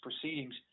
proceedings